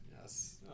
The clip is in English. Yes